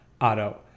Auto